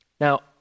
Now